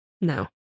No